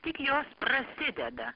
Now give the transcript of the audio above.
tik jos prasideda